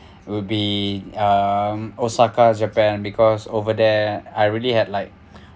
will be um osaka japan because over there I really had like